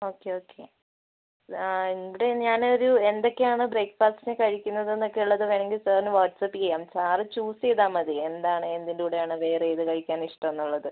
okay okay ആ ഇവിടെ ഞാനൊരു എന്തൊക്കേ ആണ് ബ്രേക്ക്ഫാസ്റ്റിന് കഴിക്കുന്നതെന്നൊക്കേ ഉള്ളത് വേണമെങ്കിൽ സാറിന് വാട്ട്സ്ആപ്പ് ചെയ്യാം സാറ് ചൂസ് ചെയ്താൽ മതി എന്താണ് എന്തിൻ്റ കൂടെ ആണ് വേറെ ഏത് കഴിക്കാനാണ് ഇഷ്ടംന്നുള്ളത്